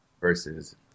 versus